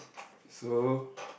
so